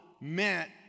meant